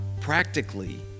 practically